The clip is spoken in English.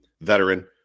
veteran